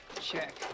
Check